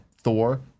Thor